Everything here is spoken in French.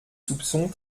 soupçons